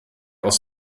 aus